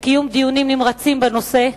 וקיום דיונים נמרצים בנושא,